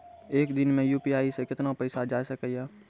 एक दिन मे यु.पी.आई से कितना पैसा जाय सके या?